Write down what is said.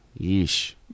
Yeesh